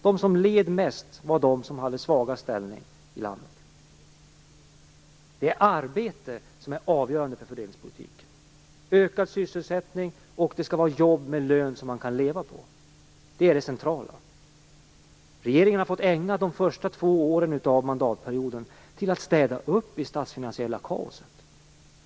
De som led mest var de som hade svagast ställning i landet. Det är arbete som är avgörande för fördelningspolitiken - ökad sysselsättning, och det skall vara jobb med lön som man kan leva på. Det är det centrala. Regeringen har fått ägna de första två åren av mandatperioden åt att städa upp i det statsfinansiella kaoset.